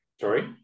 Sorry